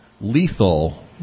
lethal